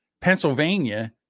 Pennsylvania